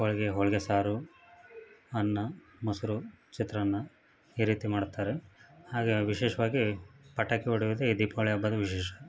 ಹೋಳಿಗೆ ಹೋಳಿಗೆ ಸಾರು ಅನ್ನ ಮೊಸರು ಚಿತ್ರಾನ್ನ ಈ ರೀತಿ ಮಾಡ್ತಾರೆ ಹಾಗೆ ವಿಶೇಷವಾಗಿ ಪಟಾಕಿ ಹೊಡಿಯುದೆ ಈ ದೀಪಾವಳಿ ಹಬ್ಬದ ವಿಶೇಷ